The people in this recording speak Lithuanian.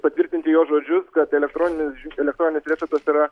patvirtinti jo žodžius kad elektroninis elektroninis receptas yra